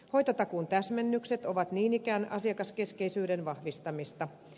hoitotakuun täsmennykset ovat niin ikään asiakaskeskeisyyden vahvistamista